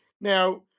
now